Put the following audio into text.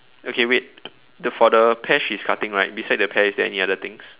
okay wait the for the pear she's cutting right beside the pear is there any other things